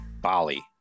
Bali